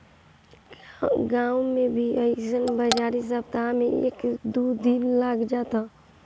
गांव में भी अइसन बाजारी सप्ताह में एक दू दिन लाग जात ह